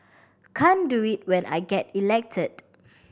can't do it when I get elected